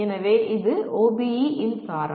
எனவே இது OBE இன் சாரம்